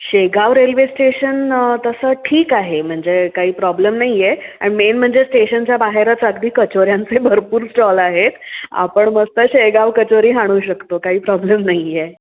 Shegaon railway station तसं ठीक आहे म्हणजे काही प्रॉब्लेम नाही आहे आणि मेन म्हणजे स्टेशनच्या बाहेरच अगदी कचोऱ्यांचे भरपूर स्टॉल आहेत आपण मस्त शेगाव कचोरी हाणू शकतो काही प्रॉब्लेम नाही आहे